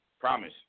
Promise